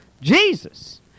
Jesus